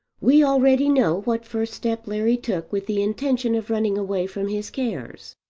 we already know what first step larry took with the intention of running away from his cares.